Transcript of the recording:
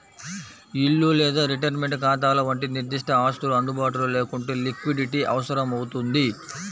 ఇల్లు లేదా రిటైర్మెంట్ ఖాతాల వంటి నిర్దిష్ట ఆస్తులు అందుబాటులో లేకుంటే లిక్విడిటీ అవసరమవుతుంది